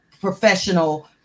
professional